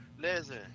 listen